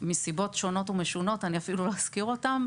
מסיבות שונות ומשונות, אני אפילו לא אזכיר אותן,